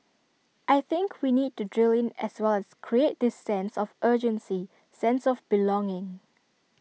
I think we need to drill in as well as create this sense of urgency sense of belonging